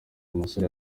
musore